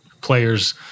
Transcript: players